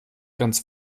ganz